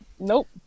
Nope